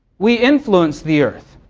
we influence the earth.